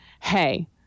hey